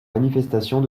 manifestations